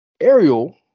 Ariel